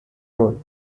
role